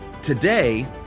today